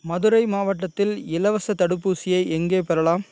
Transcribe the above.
மதுரை மாவட்டத்தில் இலவச தடுப்பூசியை எங்கே பெறலாம்